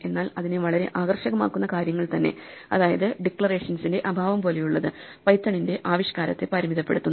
എന്നാൽ അതിനെ വളരെ ആകർഷകമാക്കുന്ന കാര്യങ്ങൾ തന്നെ അതായത് ഡിക്ലറേഷൻസിന്റെ അഭാവം പോലെയുള്ളത് പൈത്തണിന്റെ ആവിഷ്കാരത്തെ പരിമിതപ്പെടുത്തുന്നു